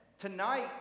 Tonight